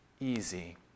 easy